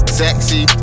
sexy